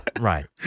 Right